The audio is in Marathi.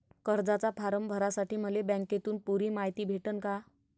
कर्जाचा फारम भरासाठी मले बँकेतून पुरी मायती भेटन का?